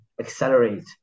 accelerate